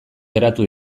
geratu